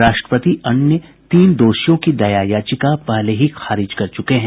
राष्ट्रपति अन्य तीन दोषियों की दया याचिका पहले ही खारिज कर चुके हैं